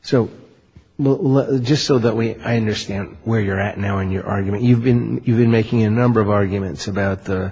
me just so that we i understand where you're at now in your argument you've been you've been making a number of arguments about the